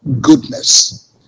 goodness